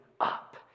up